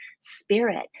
spirit